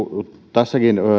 tässäkin